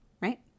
right